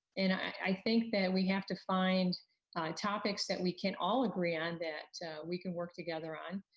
and i think that we have to find topics that we can all agree on that we can work together on.